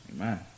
Amen